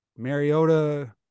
Mariota